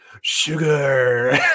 sugar